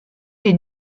est